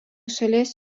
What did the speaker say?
šalies